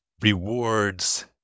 rewards